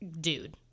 dude